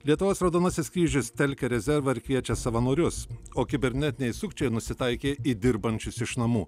lietuvos raudonasis kryžius telkia rezervą ir kviečia savanorius o kibernetiniai sukčiai nusitaikė į dirbančius iš namų